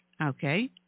Okay